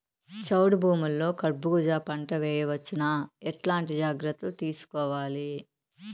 చౌడు భూముల్లో కర్బూజ పంట వేయవచ్చు నా? ఎట్లాంటి జాగ్రత్తలు తీసుకోవాలి?